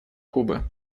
кубы